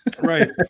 Right